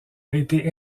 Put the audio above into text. été